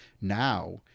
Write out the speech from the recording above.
Now